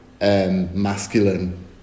masculine